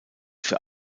für